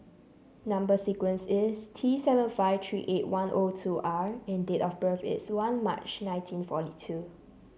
number sequence is T seven five three eight one O two R and date of birth is one March nineteen forty two